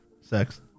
Sex